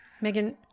Megan